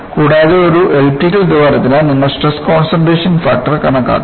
കൂടാതെ ഒരു എലിപ്റ്റിക്കൽ ദ്വാരത്തിന് നിങ്ങൾക്ക് സ്ട്രെസ് കോൺസൺട്രേഷൻ ഫാക്ടർ കണക്കാക്കാം